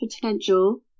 Potential